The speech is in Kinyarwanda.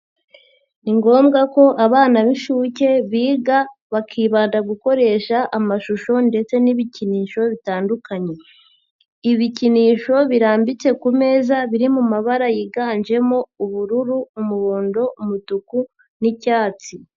Ni ngombwa ko abana b'inshuke biga bakibanda gukoresha amashusho ndetse n'ibikinisho bitandukanye, ibikinisho birambitse ku meza biri mu mabara yiganjemo ubururu, umuhondo, umutuku n,icyatsi.